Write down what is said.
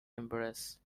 embarrass